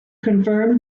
confirm